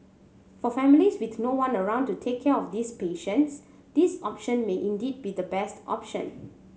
for families with no one around to take care of these patients this option may indeed be the best option